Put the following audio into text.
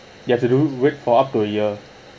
you have to do wait for up to a year